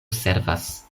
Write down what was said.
servas